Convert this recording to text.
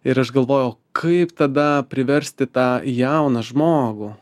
ir aš galvojau kaip tada priversti tą jauną žmogų